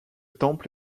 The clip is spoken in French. temple